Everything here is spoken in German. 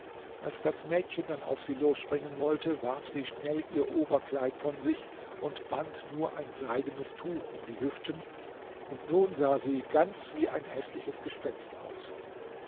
als das mädchen dann auf sie losspringen wollte warf sie schnell ihr oberkleid von sich und band nur ein seidenes tuch um die hüften und nun sah sie ganz wie ein häßliches gespenst aus